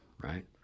right